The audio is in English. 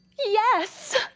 yes!